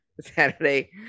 Saturday